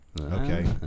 Okay